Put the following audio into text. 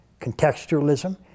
contextualism